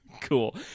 Cool